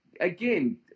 again